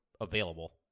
available